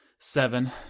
Seven